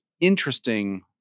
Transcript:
interesting